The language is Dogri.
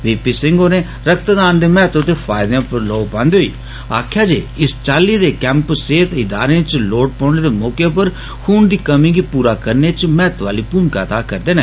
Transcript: वी पी सिंह होरें रक्तदान दे महत्व ते फायदें पर लौड पान्दे होई आक्खेआ जे इस चाल्ली दे कैम्प सेहत इदारें च लौड़ पौने दे मौके खुन दी कमी गी पूरा करने च महत्वे आह्ली भूमिका अदा करदे न